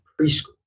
preschool